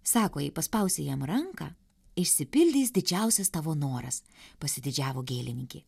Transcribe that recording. sako jei paspausi jam ranką išsipildys didžiausias tavo noras pasididžiavo gėlininkė